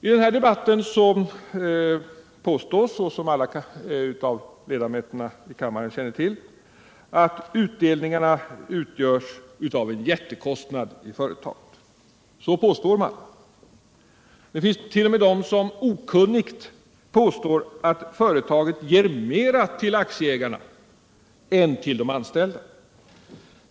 I debatten påstås, som alla ledamöter i kammaren känner till, att utdelningarna utgör en jättekostnad för företaget. Det finns t.o.m. de som okunnigt påstår att företaget ger mera till aktieägarna än till de anställda.